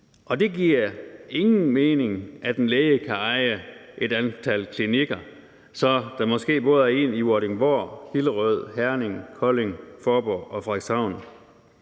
Det giver ingen mening, at en læge kan eje et antal klinikker, så der måske både er en i Vordingborg, Hillerød, Herning, Kolding, Faaborg og Frederikshavn.